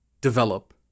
develop